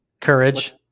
Courage